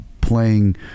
playing